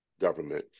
government